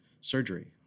surgery